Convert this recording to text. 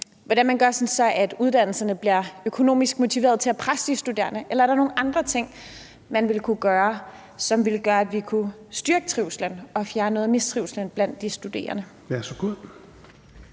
vi har talt om, hvor uddannelserne bliver økonomisk motiverede til at presse de studerende? Eller er der nogle andre ting, man ville kunne gøre, som ville gøre, at vi kunne styrke trivslen og fjerne noget af mistrivslen blandt de studerende?